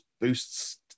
boosts